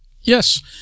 Yes